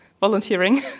volunteering